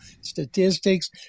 Statistics